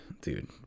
dude